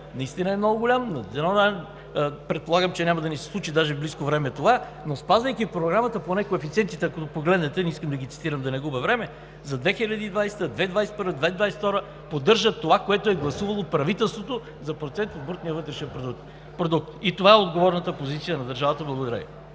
наистина е много голям. Предполагам, че няма да ни се случи даже в близко време. Но спазвайки Програмата, ако погледнете поне коефициентите, не искам да ги цитирам, да не губя време, за 2020 г., 2021 г., 2022 г. поддържат това, което е гласувало правителството за процент от брутния вътрешен продукт. И това е отговорната позиция на държавата. Благодаря